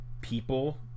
people